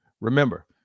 Remember